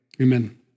Amen